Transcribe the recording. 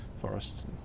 forests